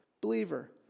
Believer